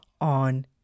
on